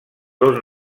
dos